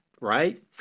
right